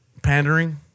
Pandering